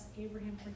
Abraham